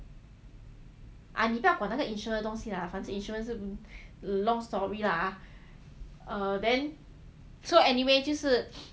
ah 你不要管那个 insurance 的东西 lah insurance 是 long story lah err then so anyway 就是